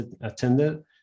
attended